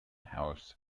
house